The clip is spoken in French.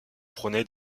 prônait